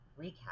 recap